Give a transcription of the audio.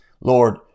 lord